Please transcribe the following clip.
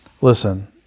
Listen